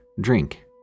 drink